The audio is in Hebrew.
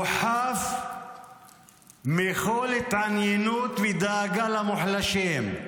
הוא חף מכל התעניינות ודאגה למוחלשים.